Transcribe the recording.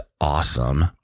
awesome